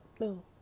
No